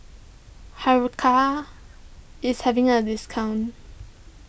Hiruscar is having a discount